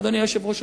אדוני היושב-ראש,